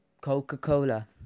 Coca-Cola